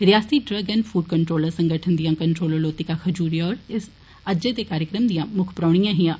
रिआसती drug and food control संगठन दिआं कन्ट्रोलर लोतिका खजूरिया होर अज्जै दे कार्यक्रम दिआं मुक्ख परौह्निया हिआं